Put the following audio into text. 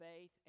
faith